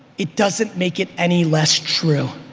it doesn't make it any less true.